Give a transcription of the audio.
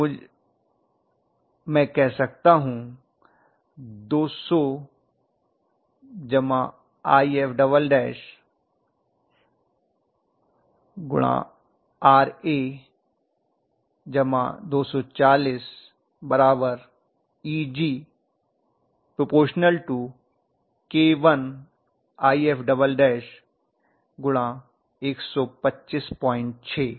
तो मैं कह सकता हूँ 200 If Ra240 Eg α k1If1256